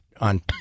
on